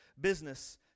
business